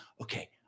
Okay